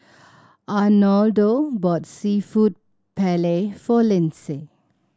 Arnoldo bought Seafood Paella for Lindsay